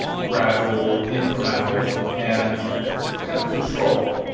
gradual, incremental and kind of controlled.